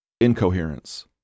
Incoherence